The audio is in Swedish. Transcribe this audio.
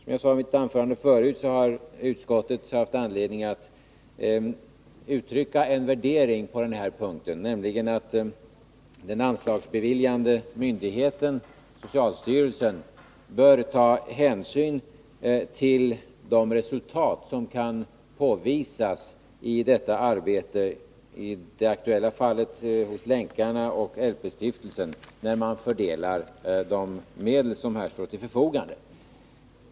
Som jag sade i mitt anförande har utskottet haft anledning att uttrycka en värdering på denna punkt, nämligen att den anslagsbeviljande myndigheten, socialstyrelsen, bör ta hänsyn till de resultat som kan påvisas i detta arbete, i det aktuella fallet av Länkarna och LP-stiftelsen, när man fördelar de medel som här står till förfogande.